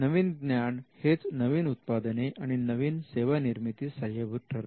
नवीन ज्ञान हेच नवीन उत्पादने आणि नवीन सेवा निर्मितीस सहाय्यभूत ठरते